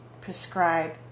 prescribe